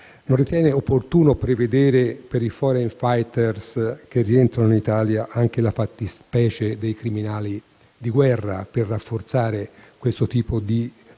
Non ritiene opportuno prevedere per i *foreign fighter* che rientrano in Italia anche la fattispecie dei criminali di guerra per rafforzare questo tipo di